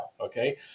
okay